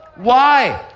why?